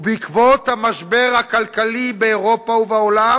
ובעקבות המשבר הכלכלי באירופה ובעולם